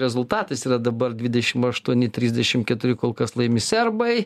rezultatas yra dabar dvidešim aštuoni trisdešim keturi kol kas laimi serbai